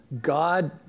God